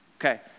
Okay